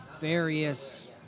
various